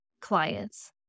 clients